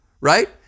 right